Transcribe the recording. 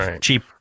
cheap